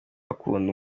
akunda